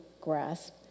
grasp